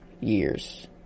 years